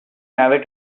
never